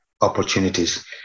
opportunities